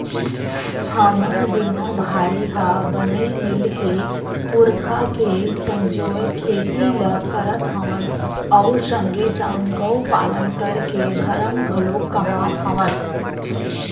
हमन दूनो भाई ह बने मिलके पुरखा के संजोए खेती ल करत हवन अउ संगे संग गउ पालन करके धरम घलोक कमात हवन